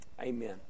amen